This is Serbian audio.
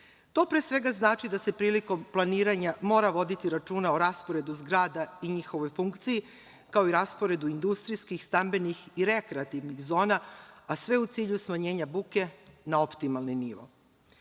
To pre svega znači da se prilikom planiranja mora voditi računa o rasporedu zgrada i njihovoj funkciji, kao i rasporedu industrijskih, stambenih i rekreativnih zona, a sve u cilju smanjenja buke na optimalni nivo. Deo